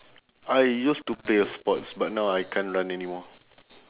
I used to play a sports but now I can't run anymore